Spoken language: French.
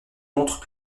montrent